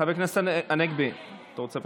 חבר כנסת הנגבי, אתה רוצה?